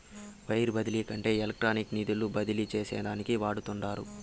wire బదిలీ అంటే ఎలక్ట్రానిక్గా నిధులు బదిలీ చేసేదానికి వాడతండారు